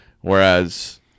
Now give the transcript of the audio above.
whereas